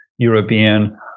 European